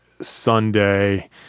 sunday